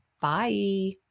Bye